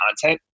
content